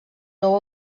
nou